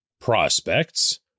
prospects